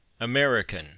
American